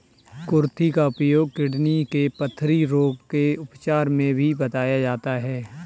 कुर्थी का उपयोग किडनी के पथरी रोग के उपचार में भी बताया जाता है